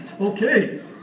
Okay